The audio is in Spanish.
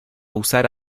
usar